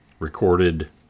Recorded